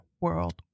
world